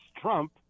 Trump